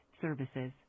services